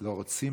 לא רוצים